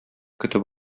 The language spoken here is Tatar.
көтеп